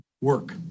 work